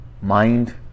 mind